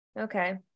Okay